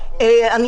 מסכם.